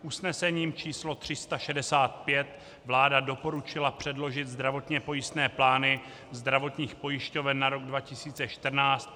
Usnesením číslo 365 vláda doporučila předložit zdravotně pojistné plány zdravotních pojišťoven na rok 2014